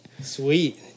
sweet